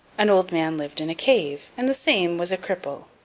an old man lived in a cave, and the same was a cripple.